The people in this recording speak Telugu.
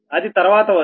అది తర్వాత వస్తుంది